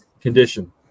condition